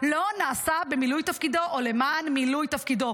לא נעשה במילוי תפקידו או למען מילוי תפקידו.